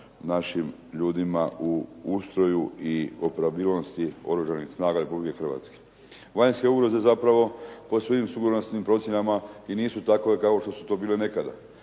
našim ljudima u ustroju i operabilnosti Oružanih snaga Republike Hrvatske. Vanjske ugroze zapravo po svim sigurnosnim procjenama i nisu takve kao što su to bile nekada.